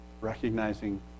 Recognizing